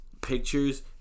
Pictures